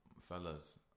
fellas